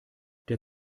der